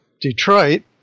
Detroit